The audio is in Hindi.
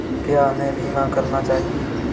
क्या हमें बीमा करना चाहिए?